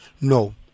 No